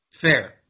Fair